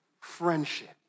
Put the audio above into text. friendship